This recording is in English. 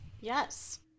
Yes